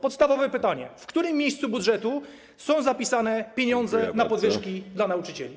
Podstawowe pytanie: W którym miejscu budżetu są zapisane pieniądze na podwyżki dla nauczycieli?